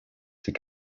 ses